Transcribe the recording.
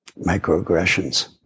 microaggressions